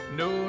no